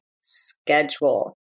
schedule